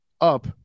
up